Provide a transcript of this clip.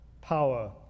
power